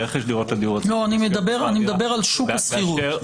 רכש דירות הדיור הציבורי -- אני מדבר על שוק השכירות.